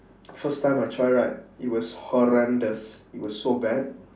first time I try right it was horrendous it was so bad